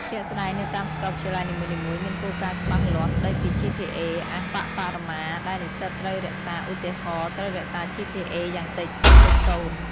ជាក់ស្ដែង នៅតាមសាកលវិទ្យាល័យនីមួយៗមានគោលការណ៍ច្បាស់លាស់ស្តីពី GPA អប្បបរមាដែលនិស្សិតត្រូវរក្សា ឧទាហរណ៍ ត្រូវរក្សា GPA យ៉ាងតិច ២.០។